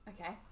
Okay